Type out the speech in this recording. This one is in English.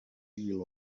deal